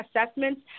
assessments